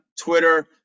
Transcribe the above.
Twitter